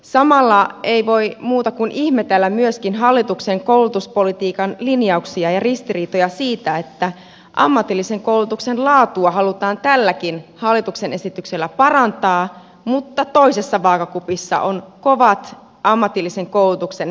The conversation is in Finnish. samalla ei voi muuta kuin ihmetellä myöskin hallituksen koulutuspolitiikan linjauksia ja ristiriitoja siitä että ammatillisen koulutuksen laatua halutaan tälläkin hallituksen esityksellä parantaa mutta toisessa vaakakupissa on kovat ammatillisen koulutuksen leikkaukset